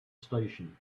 station